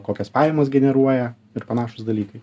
kokias pajamas generuoja ir panašūs dalykai